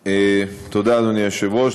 תודה, אדוני היושב-ראש.